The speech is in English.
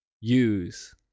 use